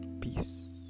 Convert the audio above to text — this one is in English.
peace